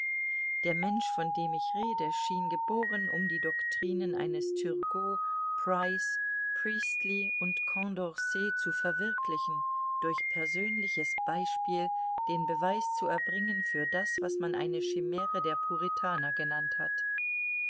der mensch von dem ich rede schien geboren um die doktrinen eines turgot price priestly und condorcet zu verwirklichen durch persönliches beispiel den beweis zu erbringen für das was man eine schimäre der puritaner genannt hat